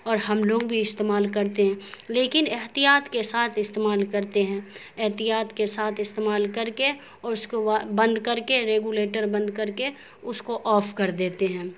اور ہم لوگ بھی استعمال کرتے ہیں لیکن احتیاط کے ساتھ استعمال کرتے ہیں احتیاط کے ساتھ استعمال کر کے اور اس کو بند کر کے ریگولیٹر بند کر کے اس کو آف کر دیتے ہیں